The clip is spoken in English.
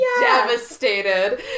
devastated